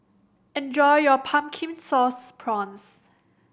enjoy your Pumpkin Sauce Prawns